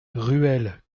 ruelle